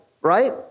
right